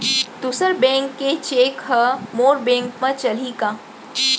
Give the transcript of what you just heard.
दूसर बैंक के चेक ह मोर बैंक म चलही का?